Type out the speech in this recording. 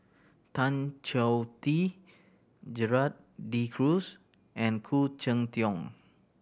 Tan Choh Tee Gerald De Cruz and Khoo Cheng Tiong